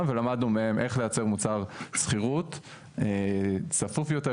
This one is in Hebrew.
ולמדנו מהם איך לייצר מוצר שכירות צפוף יותר,